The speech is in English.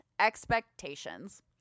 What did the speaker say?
expectations